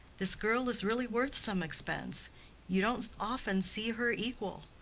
this girl is really worth some expense you don't often see her equal.